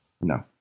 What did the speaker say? No